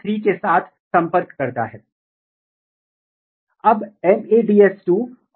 जैसा कि आप निरंतर उत्परिवर्ती पृष्ठभूमि में देख सकते हैं FT और AGL17 दोनों की अभिव्यक्ति कम हो गई है